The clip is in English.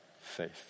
faith